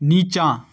निचाँ